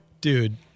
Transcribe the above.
Dude